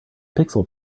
pixel